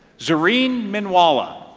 zerene menwalla